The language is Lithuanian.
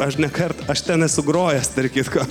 aš ne kart aš ten esu grojęs tarp kitko